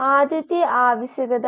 അതിനാൽ താരതമ്യം ആവശ്യമാണ്